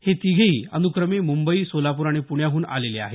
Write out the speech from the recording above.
हे तिघेही अनुक्रमे मुंबई सोलापूर आणि पुण्याहून आलेले आहेत